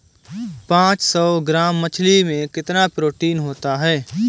पांच सौ ग्राम मछली में कितना प्रोटीन होता है?